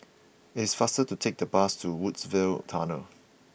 it is faster to take the bus to Woodsville Tunnel